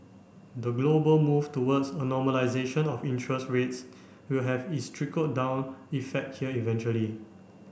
the global move towards a normalisation of interest rates will have its trickle down effect here eventually